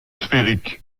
sphérique